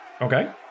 Okay